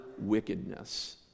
wickedness